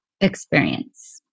experience